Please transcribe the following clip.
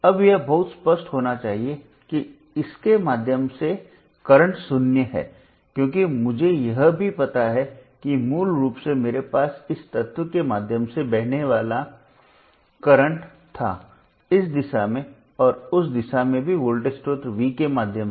अब यह बहुत स्पष्ट होना चाहिए कि इसके माध्यम से वर्तमान शून्य है क्योंकि मुझे यह भी पता है कि मूल रूप से मेरे पास इस तत्व के माध्यम से बहने वाला वर्तमान था इस दिशा में और उस दिशा में भी वोल्टेज स्रोत V के माध्यम से